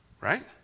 Right